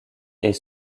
est